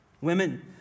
Women